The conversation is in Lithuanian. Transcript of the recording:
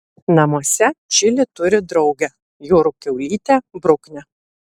namuose čili turi draugę jūrų kiaulytę bruknę